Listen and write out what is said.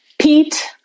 Pete